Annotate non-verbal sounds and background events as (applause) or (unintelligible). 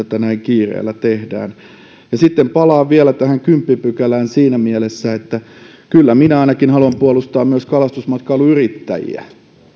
(unintelligible) tätä näin kiireellä tehdään sitten palaan vielä tähän kymmenenteen pykälään siinä mielessä että kyllä minä ainakin haluan puolustaa myös kalastusmatkailuyrittäjiä